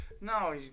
No